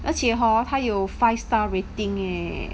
而且 hor 他有 five star rating eh